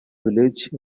village